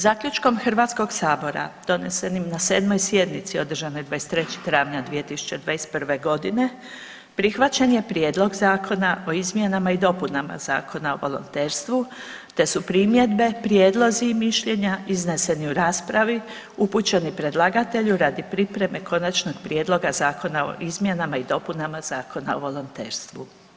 Zaključkom HS donesenim na 7. sjednici održanoj 23. travnja 2021.g. prihvaćen je Prijedlog zakona o izmjenama i dopunama Zakona o volonterstvu, te su primjedbe, prijedlozi i mišljenja izneseni u raspravi upućeni predlagatelju radi pripreme Konačnog prijedloga zakona o izmjenama i dopunama Zakona o volonterstvu.